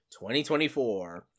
2024